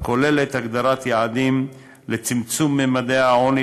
הכוללת הגדרת יעדים לצמצום ממדי העוני